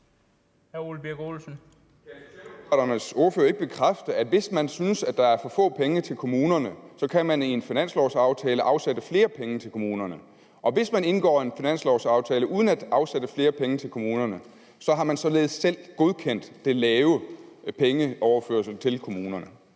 ordfører ikke bekræfte, at hvis man synes, at der er for få penge til kommunerne, kan man i en finanslovsaftale afsætte flere penge til kommunerne? Og hvis man indgår en finanslovsaftale uden at afsætte flere penge til kommunerne, har man således selv godkendt den lave pengeoverførsel til kommunerne?